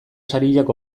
sariak